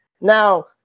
Now